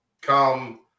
come